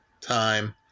time